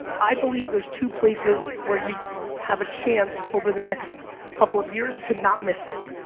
i believe there's two places where you have a chance over the next couple of years to not miss it.